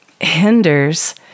hinders